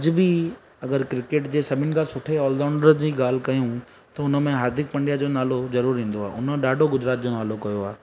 अॼु बि अगरि क्रिकेट जे सभिनि खां सुठे ऑल राउंडर जी ॻाल्हि कयूं त हुन में हार्दिक पंडिया जो नालो ज़रूरु ईंदो आहे हुन ॾाढो गुजरात जो नालो कयो आहे